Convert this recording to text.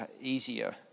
easier